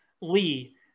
Lee